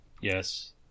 Yes